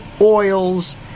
oils